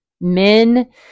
Men